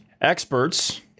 Experts